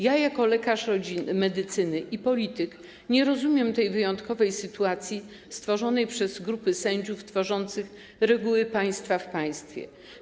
Ja, jako lekarz medycyny i polityk, nie rozumiem tej wyjątkowej sytuacji wytworzonej przez grupy sędziów tworzących reguły państwa w państwie.